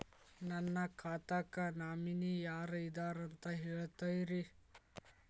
ನನ್ನ ಖಾತಾಕ್ಕ ನಾಮಿನಿ ಯಾರ ಇದಾರಂತ ಹೇಳತಿರಿ?